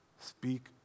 Speak